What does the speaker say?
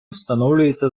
встановлюється